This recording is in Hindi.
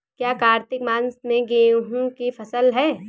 क्या कार्तिक मास में गेहु की फ़सल है?